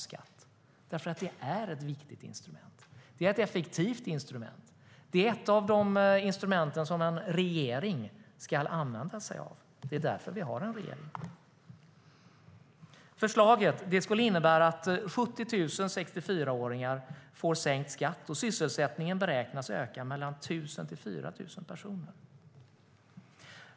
Skatt är nämligen ett viktigt och effektivt instrument som en regering ska använda sig av. Det är därför vi har en regering. Förslaget skulle innebära att 70 000 64-åringar får sänkt skatt, och sysselsättningen beräknas öka med 1 000-4 000 personer.